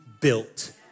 built